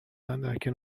کنار